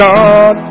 God